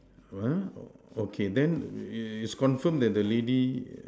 ah okay then is confirm that the lady